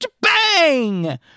Bang